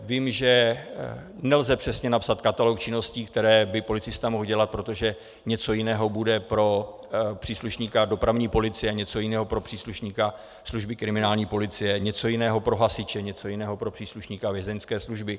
Vím, že nelze přesně napsat katalog činností, které by policista mohl dělat, protože něco jiného bude pro příslušníka dopravní policie, něco jiného pro příslušníka služby kriminální policie, něco jiného pro hasiče, něco jiného pro příslušníka vězeňské služby.